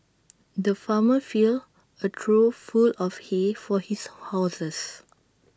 the farmer filled A trough full of hay for his horses